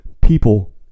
people